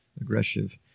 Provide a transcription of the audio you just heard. Aggressive